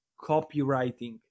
copywriting